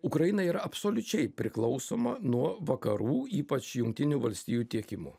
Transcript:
ukraina yra absoliučiai priklausoma nuo vakarų ypač jungtinių valstijų tiekimo